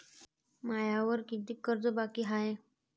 मायावर कितीक कर्ज बाकी हाय?